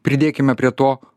pridėkime prie to